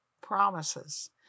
promises